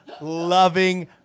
loving